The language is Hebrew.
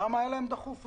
למה היה להם דחוף אתמול?